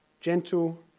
gentle